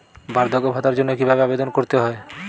বার্ধক্য ভাতার জন্য কিভাবে আবেদন করতে হয়?